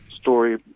story